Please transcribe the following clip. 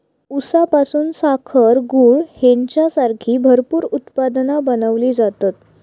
ऊसापासून साखर, गूळ हेंच्यासारखी भरपूर उत्पादना बनवली जातत